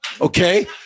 Okay